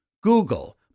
Google